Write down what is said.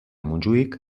montjuïc